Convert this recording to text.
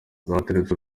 batweretse